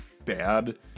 bad